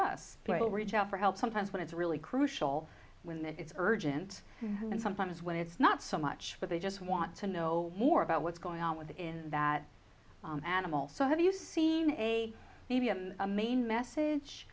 us play reach out for help sometimes when it's really crucial when that is urgent and sometimes when it's not so much but they just want to know more about what's going on within that animal so have you seen a t v and a main message